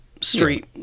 street